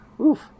Oof